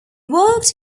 worked